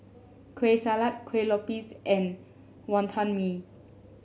Kueh Salat Kuih Lopes and Wonton Mee